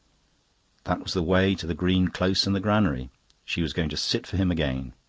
that was the way to the green close and the granary she was going to sit for him again.